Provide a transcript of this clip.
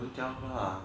don't tell her lah